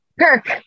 Kirk